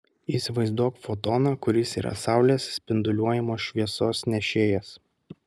įsivaizduok fotoną kuris yra saulės spinduliuojamos šviesos nešėjas